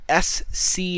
SC